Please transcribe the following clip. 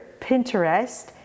Pinterest